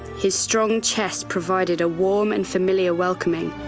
his strong chest provided a warm and familiar welcoming,